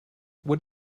what